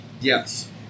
Yes